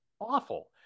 awful